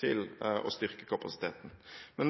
til å styrke kapasiteten.